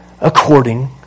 according